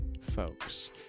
folks